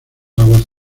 aguas